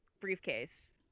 briefcase